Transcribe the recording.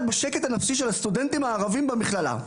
בשקט הנפשי של הסטודנטים הערבים במכללה.